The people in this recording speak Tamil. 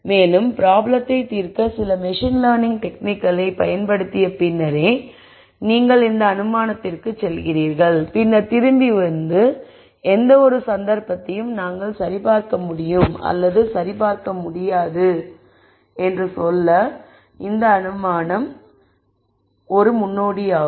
மேலும் ப்ராப்ளத்தை தீர்க்க சில மெஷின் லேர்னிங் டெக்னிக்கை பயன்படுத்திய பின்னரே நீங்கள் இந்த அனுமானத்திற்குச் செல்கிறீர்கள் பின்னர் திரும்பி வந்து எந்தவொரு சந்தர்ப்பத்தையும் நாங்கள் சரிபார்க்க முடியும் அல்லது சரிபார்க்க முடியாது என்று சொல்ல இந்த அனுமானம் ஒரு முன்னோடியாகும்